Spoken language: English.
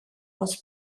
was